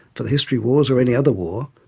for the history wars or any other war,